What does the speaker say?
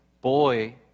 boy